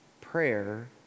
prayer